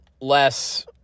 less